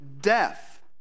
death